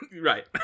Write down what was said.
Right